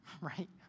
right